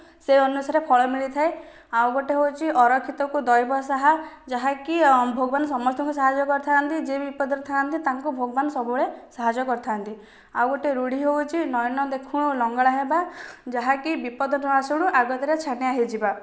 ସେ ଅନୁସାରେ ଫଳ ମିଳିଥାଏ ଆଉ ଗୋଟିଏ ହେଉଛି ଅରକ୍ଷିତ କୁ ଦଇବ ସାହା ଯାହାକି ଭଗବାନ ସମସ୍ତଙ୍କୁ ସାହାଯ୍ୟ କରିଥାନ୍ତି ଯିଏ ବିପଦରେ ଥାନ୍ତି ତାଙ୍କୁ ଭଗବାନ ସବୁବେଳେ ସାହାଯ୍ୟ କରିଥାନ୍ତି ଆଉ ଗୋଟିଏ ରୂଢ଼ି ହେଉଛି ନଈ ନ ଦେଖୁଣୁ ନଙ୍ଗଳା ହେବା ଯାହାକି ବିପଦ ନ ଆସୁଣୁ ଆଗତୁରିଆ ଛାନିଆ ହୋଇଯିବା